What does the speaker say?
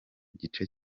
gice